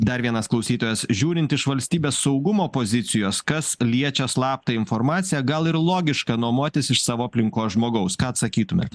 dar vienas klausytojas žiūrint iš valstybės saugumo pozicijos kas liečia slaptą informaciją gal ir logiška nuomotis iš savo aplinkos žmogaus ką atsakytumėt